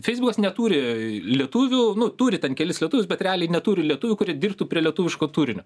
feisbukas neturi lietuvių nu turi ten kelis lietuvius bet realiai neturi lietuvių kurie dirbtų prie lietuviško turinio